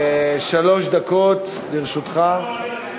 שלוש דקות לרשותך.